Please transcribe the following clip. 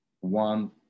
one